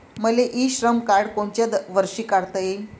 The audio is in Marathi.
मले इ श्रम कार्ड कोनच्या वर्षी काढता येईन?